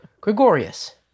Gregorius